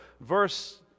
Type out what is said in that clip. Verse